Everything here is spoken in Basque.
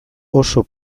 oso